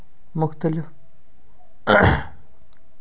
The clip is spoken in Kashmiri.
مُختٔلِف